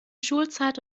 schulzeit